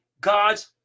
God's